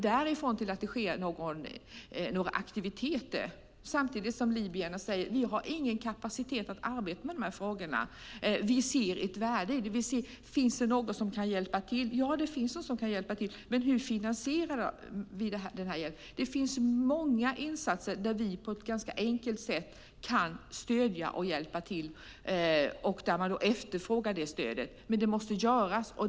Libyerna säger att man inte har kapacitet att arbeta med de frågorna och undrar om det finns någon som kan hjälpa till. Det finns de som kan hjälpa till, men hur finansierar vi den hjälpen? Det finns många insatser där vi på ett ganska enkelt sätt kan stödja och hjälpa till. Ett sådant stöd efterfrågas. Men det måste göras.